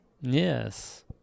yes